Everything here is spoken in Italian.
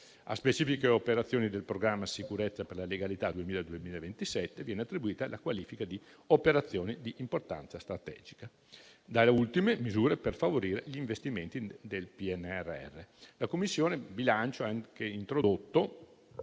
A specifiche operazioni del Programma sicurezza per la legalità 2021-2027 viene attribuita la qualifica di operazioni di importanza strategica. Da ultimo, vi sono misure per favorire gli investimenti del PNRR. La Commissione bilancio ha anche introdotto